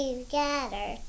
Together